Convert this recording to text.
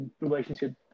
relationship